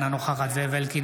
אינו נוכח זאב אלקין,